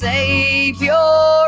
Savior